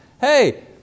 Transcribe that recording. Hey